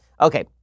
Okay